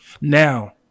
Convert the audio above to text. Now